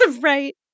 Right